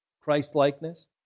Christ-likeness